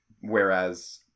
Whereas